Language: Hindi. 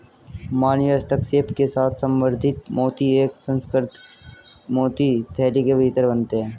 मानवीय हस्तक्षेप के साथ संवर्धित मोती एक सुसंस्कृत मोती थैली के भीतर बनते हैं